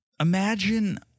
Imagine